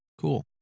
Cool